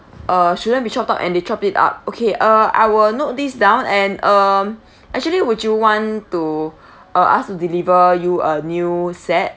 uh shouldn't be chopped up and they chop it up okay uh I'll note these down and um actually would you want to uh ask to deliver you a new set